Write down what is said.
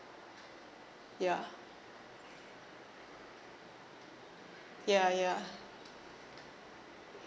ya ya ya